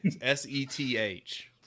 s-e-t-h